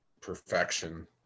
perfection